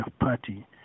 party